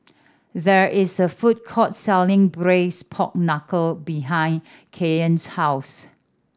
there is a food court selling braise pork knuckle behind Caryn's house